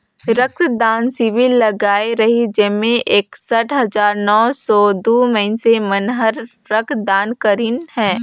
रक्त दान सिविर लगाए रिहिस जेम्हें एकसठ हजार नौ सौ दू मइनसे मन हर रक्त दान करीन हे